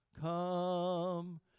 come